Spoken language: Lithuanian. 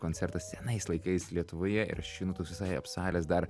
koncertas senais laikais lietuvoje ir aš einu toks visai apsalęs dar